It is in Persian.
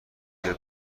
بیا